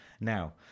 Now